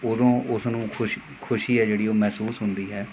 ਉਦੋਂ ਉਸ ਨੂੰ ਖੁਸ਼ ਖੁਸ਼ੀ ਹੈ ਜਿਹੜੀ ਉਹ ਮਹਿਸੂਸ ਹੁੰਦੀ ਹੈ